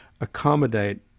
accommodate